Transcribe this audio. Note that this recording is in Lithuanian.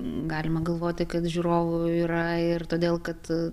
galima galvoti kad žiūrovų yra ir todėl kad